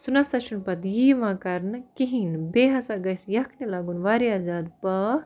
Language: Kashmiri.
سُہ نَہ سا چھُنہٕ پَتہٕ یہِ یوان کَرنہٕ کِہیٖنۍ نہٕ بیٚیہِ ہَسا گَژھہِ یَکھنہِ لَگُن واریاہ زیادٕ پاکھ